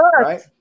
right